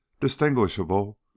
distinguishable